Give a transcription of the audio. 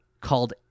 called